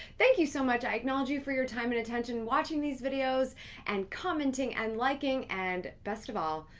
thank you so much. i acknowledge you for your time and attention watching these videos and commenting and liking, and best of all,